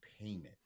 payment